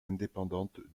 indépendante